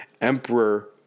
Emperor